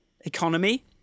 economy